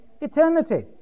eternity